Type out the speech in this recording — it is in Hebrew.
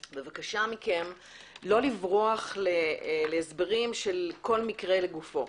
אנא מכם לא לברוח להסברים של כל מקרה לגופו.